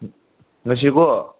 ꯉꯁꯤꯀꯣ